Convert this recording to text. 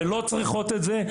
שלא צריכות את זה,